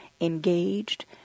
engaged